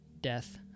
death